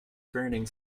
burning